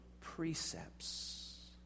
precepts